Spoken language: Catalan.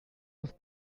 els